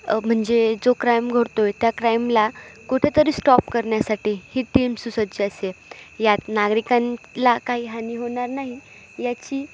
म्हणजे जो क्राईम घडतो आहे त्या क्राईमला कुठेतरी स्टॉप करण्यासाठी ही टीम सुसज्ज असे यात नागरिकांना काही हानी होणार नाही याची